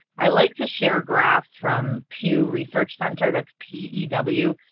i like to share graphs from pew research center that's p e w.